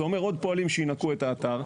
זה אומר עוד פועלים שינקו את האתר.